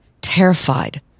terrified